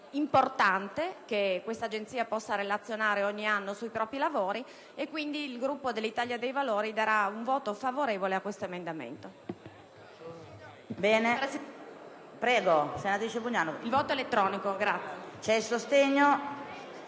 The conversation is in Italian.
importante che questa Agenzia possa relazionare ogni anno sui propri lavori: quindi il Gruppo dell'Italia dei Valori darà un voto favorevole a questo emendamento.